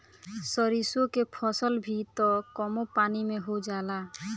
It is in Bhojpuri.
सरिसो के फसल भी त कमो पानी में हो जाला